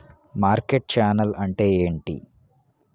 Market channel అంటే ఏంటి?